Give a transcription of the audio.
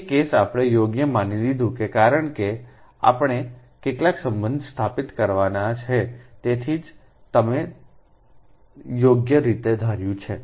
એક કેસ આપણે યોગ્ય માની લીધું છે કારણ કે આપણે કેટલાક સંબંધ સ્થાપિત કરવાના છે તેથી જ તમે યોગ્ય રીતે ધાર્યું છે